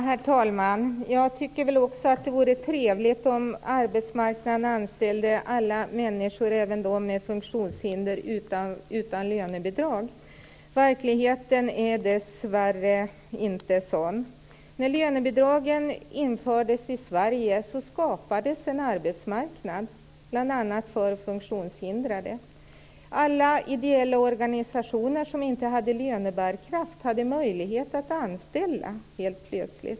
Herr talman! Jag tycker väl också att det vore trevligt om arbetsmarknaden anställde alla människor, även de med funktionshinder, utan lönebidrag. Verkligheten är dessvärre inte sådan. När lönebidragen infördes i Sverige skapades en arbetsmarknad för bl.a. funktionshindrade. Alla ideella organisationer som inte hade lönebärkraft hade helt plötsligt möjlighet att anställa.